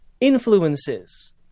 Influences